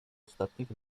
ostatnich